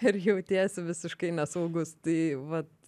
ir jautiesi visiškai nesaugus tai vat